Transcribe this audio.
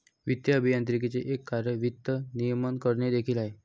वित्तीय अभियांत्रिकीचे एक कार्य वित्त नियमन करणे देखील आहे